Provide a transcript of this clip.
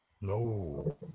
No